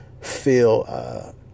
feel